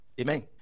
Amen